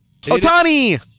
Otani